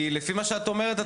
לפי מה שאת אומרת,